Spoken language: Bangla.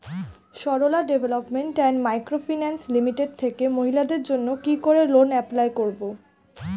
Sarala development and micro finance limited থেকে মহিলাদের জন্য কি করে লোন এপ্লাই করব?